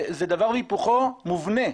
זה דבר והיפוכו מובנה.